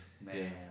man